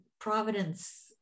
Providence